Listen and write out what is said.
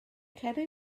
ceri